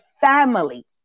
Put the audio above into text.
family